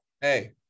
Hey